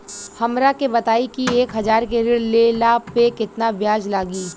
हमरा के बताई कि एक हज़ार के ऋण ले ला पे केतना ब्याज लागी?